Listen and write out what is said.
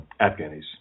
Afghanis